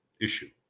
issue